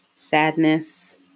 sadness